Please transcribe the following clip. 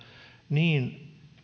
niin